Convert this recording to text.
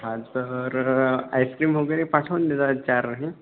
हा तर आइस्क्रीम वगैरे पाठवून द्या जरा चार हे